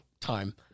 time